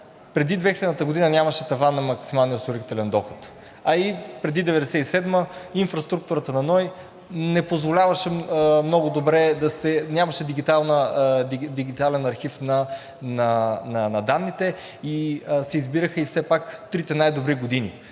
преди 2000 г. нямаше таван на максималния осигурителен доход. А и преди 1997 г. инфраструктурата на НОИ нямаше дигитален архив на данните и се избираха и все пак трите най добри години